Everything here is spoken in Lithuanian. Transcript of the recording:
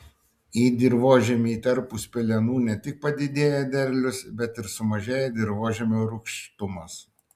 į dirvožemį įterpus pelenų ne tik padidėja derlius bet ir sumažėja dirvožemio rūgštumas